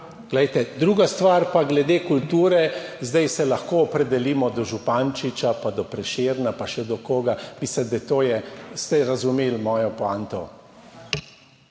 Glejte, druga stvar pa glede kulture, zdaj se lahko opredelimo do Župančič, pa do Prešerna pa še do koga, mislim, da to je, ste razumeli mojo poanto.